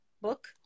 book